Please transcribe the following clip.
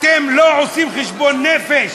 אתם לא עושים חשבון נפש?